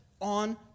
on